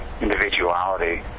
individuality